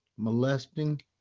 molesting